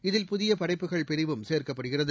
இதில் புதியபடைப்புகள் பிரிவும் சேர்க்கப்படுகிறது